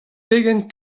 pegen